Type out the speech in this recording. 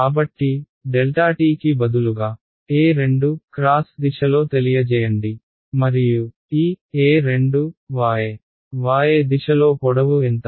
కాబట్టి t కి బదులుగా x దిశలో తెలియజేయండి మరియు ఈ y y దిశలో పొడవు ఎంత